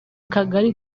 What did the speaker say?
kagari